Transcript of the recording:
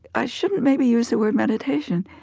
i shouldn't maybe use the word meditation.